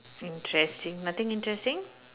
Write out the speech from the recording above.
interesting nothing interesting